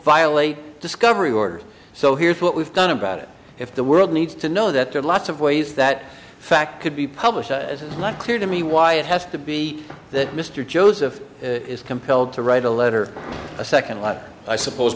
violate discovery order so here's what we've done about it if the world needs to know that there are lots of ways that fact could be published as it's not clear to me why it has to be that mr joseph is compelled to write a letter a second letter i suppose